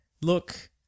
Look